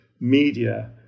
media